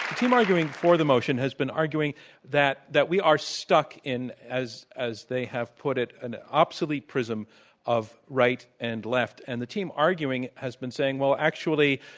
team arguing for the motion has been arguing that that we are stuck in, as as they have put it, an obsolete prism of right and left. and the team arguing has been saying, well, actually,